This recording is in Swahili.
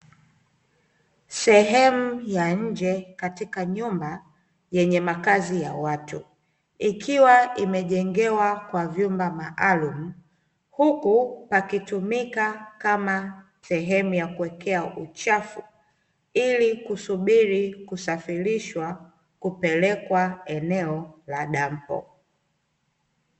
Sehemu ya nje katika nyumba yenye makazi ya watu, ikiwa imejengewa kwa vumba maalumu, huku pakitumika kama sehemu ya kuwekea uchafu ili kusubiri kusafirishwa kupelekwa eneo la dampo.